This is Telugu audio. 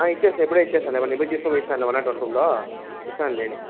ఇచ్చేస్తా ఇపుడే ఇచ్చేస్తా నేను పోయి తీసుకుపోయి ఇస్తాను వన్ నాట్ వన్ రూమ్లో ఇస్తాను నేనే